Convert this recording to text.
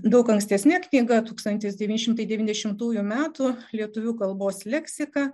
daug ankstesne knyga tūkstantis devyni šimtai devyniasdešimtųjų metų lietuvių kalbos leksika